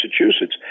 Massachusetts